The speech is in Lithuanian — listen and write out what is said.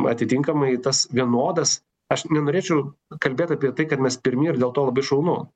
atitinkamai tas vienodas aš nenorėčiau kalbėt apie tai kad mes pirmi ir dėl to labai šaunu